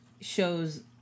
shows